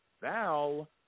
Val